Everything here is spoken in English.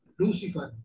lucifer